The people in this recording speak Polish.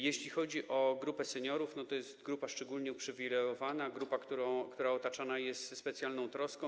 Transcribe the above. Jeśli chodzi o grupę seniorów, to jest to grupa szczególnie uprzywilejowana, grupa, która otaczana jest specjalną troską.